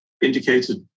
indicated